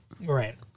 Right